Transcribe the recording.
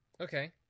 Okay